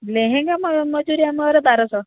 ଲେହେଙ୍ଗା ମଜୁରୀ ଆମର ବାରଶହ